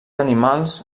animals